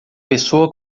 pessoa